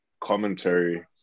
commentary